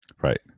Right